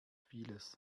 vieles